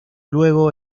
luego